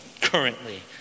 currently